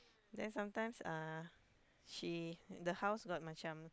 then sometimes uh she the house got macam